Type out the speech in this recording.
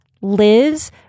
Liz